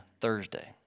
Thursday